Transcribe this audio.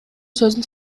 сөзүн